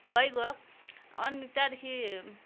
भइगयो अनि त्यहाँदेखि